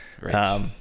Right